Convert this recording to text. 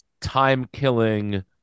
time-killing